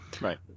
Right